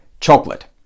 chocolate